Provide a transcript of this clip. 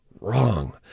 Wrong